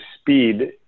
speed